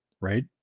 right